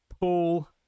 paul